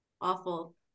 Awful